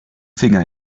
finger